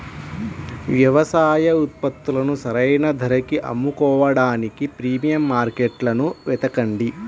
వ్యవసాయ ఉత్పత్తులను సరైన ధరకి అమ్ముకోడానికి ప్రీమియం మార్కెట్లను వెతకండి